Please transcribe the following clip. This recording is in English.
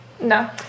No